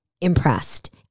impressed